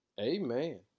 amen